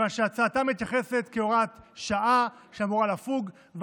מכיוון שהצעתה מתייחסת להוראת שעה שיש לה תאריך תפוגה,